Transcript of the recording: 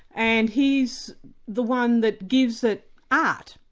and he's the one that gives it art,